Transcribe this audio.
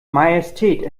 majestät